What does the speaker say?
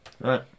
Right